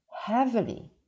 heavily